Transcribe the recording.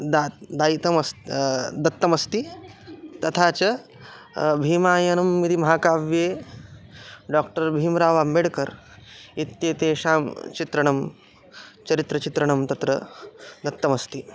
दा दायितमस्ति दत्तमस्ति तथा च भीमायनं इति महाकाव्ये डाक्टर् भीमरावआम्बेड्करः इत्येतेषां चित्रणं चरित्रचित्रणं तत्र दत्तमस्ति